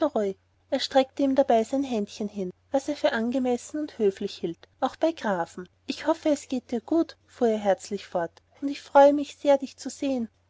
er streckte ihm dabei sein händchen hin was er für angemessen und höflich hielt auch bei grafen ich hoffe es geht dir gut fuhr er herzlich fort und ich freue mich sehr dich zu sehen